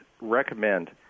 recommend